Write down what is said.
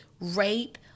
rape